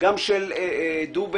- גם של דובק,